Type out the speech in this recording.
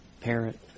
parent